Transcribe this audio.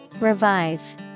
Revive